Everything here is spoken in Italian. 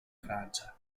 francia